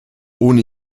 ohne